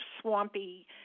swampy